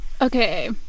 Okay